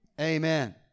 Amen